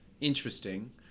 Interesting